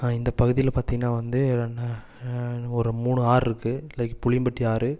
இந்த பகுதியில் பார்த்திங்கன்னா வந்து என்னன்னா ஒரு மூணு ஆறு இருக்கு லைக் புளியம்பட்டி ஆறு